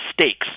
stakes